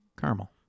Caramel